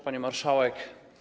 Pani Marszałek!